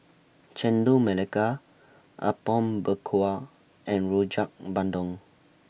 Chendol Melaka Apom Berkuah and Rojak Bandung